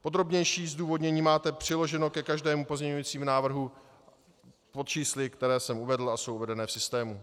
Podrobnější zdůvodnění máte přiloženo ke každému pozměňujícímu návrhu pod čísly, která jsem uvedl a jsou uvedena v systému.